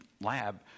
lab